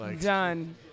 Done